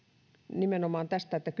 nimenomaan tästä että